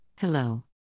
hello